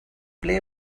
ble